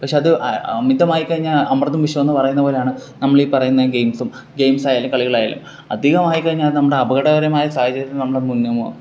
പക്ഷേ അത് അ അമിതമായി കഴിഞ്ഞാൽ അമൃതും വിഷമെന്ന് പറയുന്നത് പോലാണ് നമ്മൾ ഈ പറയുന്ന ഗെയിംസും ഗെയിംസായാലും കളികളായാലും അധികമായി കഴിഞ്ഞ അത് നമ്മുടെ അപകടകരമായ സാഹചര്യത്തിൽ നമ്മള് നീങ്ങും